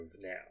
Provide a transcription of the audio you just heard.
now